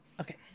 Okay